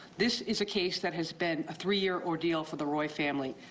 this is a case that has been a three-year ordeal for the roy family.